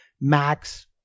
Max